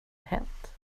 hänt